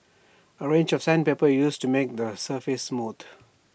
A range of sandpaper is used to make the surface smooth